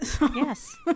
Yes